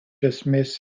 esmės